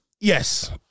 yes